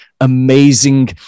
amazing